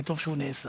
וטוב שהוא נעשה.